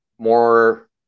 more